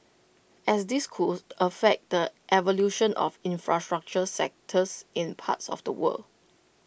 as this could affect the evolution of infrastructure sectors in parts of the world